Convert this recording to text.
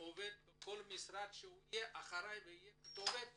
שיהיה אחראי וכתובת